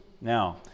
Now